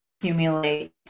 accumulate